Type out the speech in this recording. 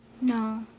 No